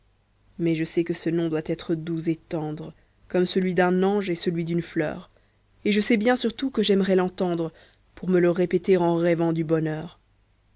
mais je sais que ce nom doit être doux et tendre comme celui d'un ange et celui d'une fleur et je sais bien surtout que j'aimerais l'entendre pour me le répéter en rêvant du bonheur